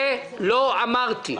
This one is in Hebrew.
את זה לא אמרתי.